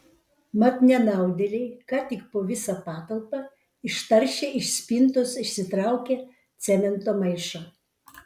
mat nenaudėliai ką tik po visą patalpą ištaršė iš spintos išsitraukę cemento maišą